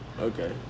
Okay